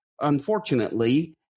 unfortunately